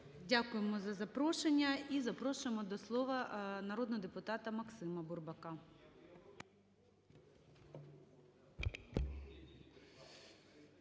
Дякуємо за запрошення. І запрошуємо до слова народного депутата МаксимаБурбака.